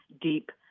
deep